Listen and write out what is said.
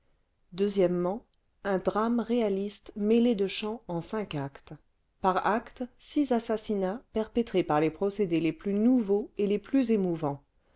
un drame réaliste mêlé de chants en cinq actes par acte six assassinats perpétrés par les procédés les plus nouveaux et les plus émouvants